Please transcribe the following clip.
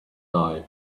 die